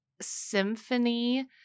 Symphony